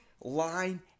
line